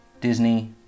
disney